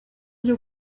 ryo